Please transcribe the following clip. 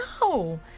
No